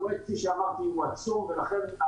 הפרויקטים שאמרתי הואצו ולכן,